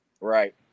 Right